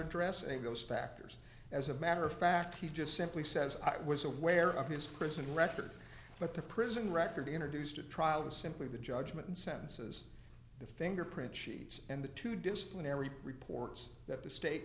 address any of those factors as a matter of fact he just simply says i was aware of his prison record but the prison record introduced at trial was simply the judgment in sentences the fingerprint sheets and the two disciplinary reports that the state